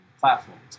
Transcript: platforms